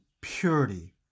purity